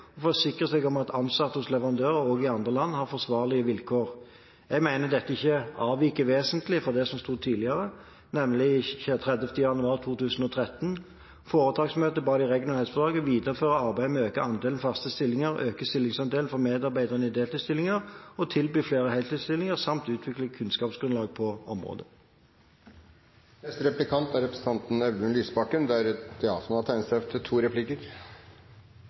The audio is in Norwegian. seg om at ansatte hos leverandører – også i andre land – har forsvarlige vilkår.» Jeg mener dette ikke avviker vesentlig fra det som sto tidligere, nemlig 30. januar 2013: «Foretaksmøtet ba de regionale helseforetakene videreføre arbeidet med å øke andelen faste stillinger, øke stillingsandelen for medarbeidere i deltidsstillinger og tilby flere heltidsstillinger, samt utvikle kunnskapsgrunnlaget på området.» Neste replikant er representanten Audun Lysbakken, som har tegnet seg til to replikker.